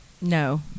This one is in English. No